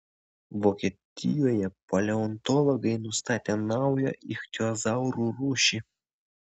vokietijoje paleontologai nustatė naują ichtiozaurų rūšį